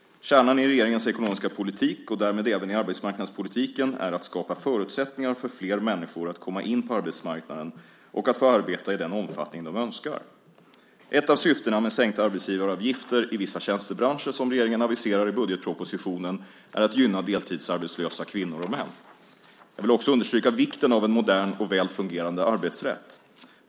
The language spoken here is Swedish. Kärnan i regeringens ekonomiska politik och därmed även i arbetsmarknadspolitiken är att skapa förutsättningar för fler människor att komma in på arbetsmarknaden och att få arbeta i den omfattning de önskar. Ett av syftena med sänkta arbetsgivaravgifter i vissa tjänstebranscher som regeringen aviserar i budgetpropositionen är att gynna deltidsarbetslösa kvinnor och män. Jag vill också understryka vikten av en modern och väl fungerande arbetsrätt.